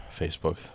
Facebook